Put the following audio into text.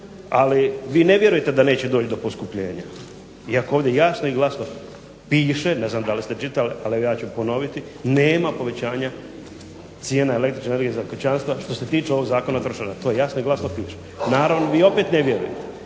Ali vi ne vjerujete da neće doći do poskupljenja, iako ovdje jasno i glasno piše, ne znam da li ste čitali. Ali ja ću ponoviti nema povećanja cijene električne energije za kućanstva što se tiče ovog Zakona o trošarinama. To jasno i glasno piše. Naravno, vi opet ne vjerujete.